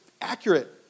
accurate